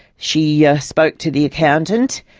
she yeah spoke to the accountant